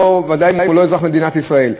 ודאי אם הוא לא אזרח מדינת ישראל.